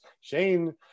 Shane